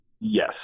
Yes